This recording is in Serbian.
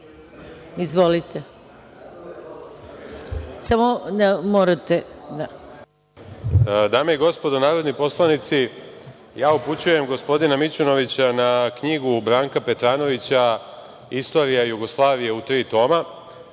Martinović** Dame i gospodo narodni poslanici, ja upućujem gospodina Mićunovića na knjigu Branka Petranovića „Istorija Jugoslavije“ u tri toma.